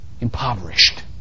impoverished